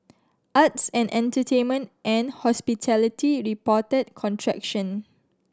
arts and entertainment and hospitality reported contraction